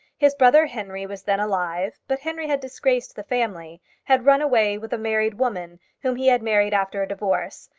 his brother henry was then alive but henry had disgraced the family had run away with a married woman whom he had married after a divorce,